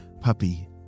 puppy